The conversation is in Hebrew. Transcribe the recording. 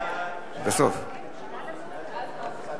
זה הצעה לסדר-היום